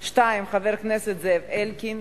2. חבר הכנסת זאב אלקין,